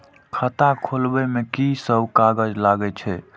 खाता खोलब में की सब कागज लगे छै?